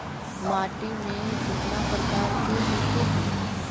माटी में कितना प्रकार के होते हैं?